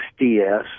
SDS